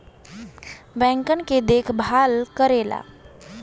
बैंकन के देखभाल करेला